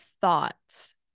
thoughts